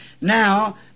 Now